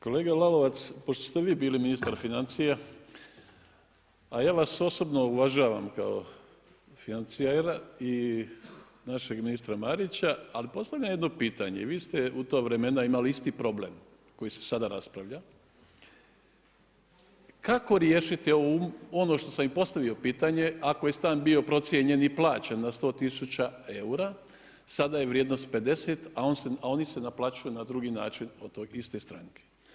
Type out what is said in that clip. Kolega Lalovac, pošto ste vi bili ministar financija, a ja vas osobno uvažavam kao financijera i našeg ministra Marića, ali postavljam jedno pitanje i vi ste u ta vremena imali isti problem koji se sada raspravlja, kako riješiti ono što sam i postavio pitanje, ako je stan bio procijenjen i plaćen na 100 tisuća eura, sada je vrijednost 50, a oni se naplaćuju na drugi način od iste stranke.